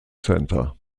center